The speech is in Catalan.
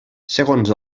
segons